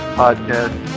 podcast